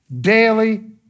daily